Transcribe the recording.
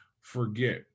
forget